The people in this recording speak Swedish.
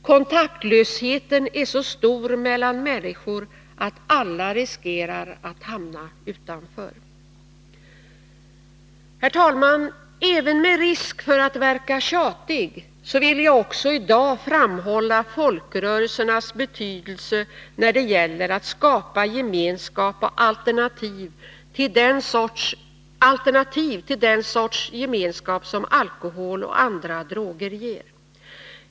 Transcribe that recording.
Kontaktlösheten är så stor mellan människor att alla riskerar att hamna utanför.” Även med risk för att verka tjatig så vill jag också i dag framhålla folkrörelsernas betydelse när det gäller att skapa gemenskap och alternativ till den sorts gemenskap som alkohol och andra droger ger.